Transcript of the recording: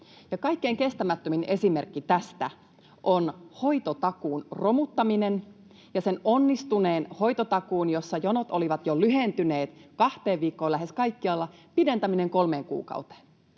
Kaikkein kestämättömin esimerkki tästä on hoitotakuun romuttaminen ja sen onnistuneen hoitotakuun, jossa jonot olivat jo lyhentyneet kahteen viikkoon lähes kaikkialla, pidentäminen kolmeen kuukauteen.